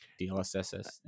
DLSS